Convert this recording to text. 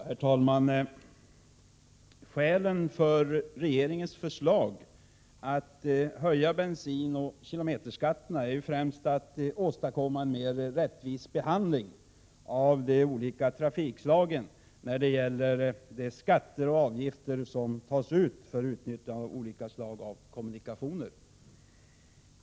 Herr talman! Skälen för regeringens förslag att höja bensinoch kilometerskatterna är främst en önskan att åstadkomma en mer rättvis behandling av de olika trafikslagen när det gäller de skatter och avgifter som tas ut för utnyttjande av olika slag av kommunikationer.